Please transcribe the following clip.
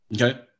Okay